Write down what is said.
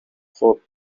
خوب